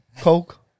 Coke